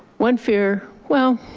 one fear. well,